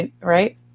right